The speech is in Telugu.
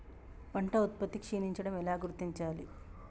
పంట ఉత్పత్తి క్షీణించడం ఎలా గుర్తించాలి?